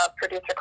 producer